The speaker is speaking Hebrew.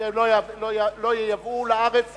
שלא ייבאו לארץ שום דבר?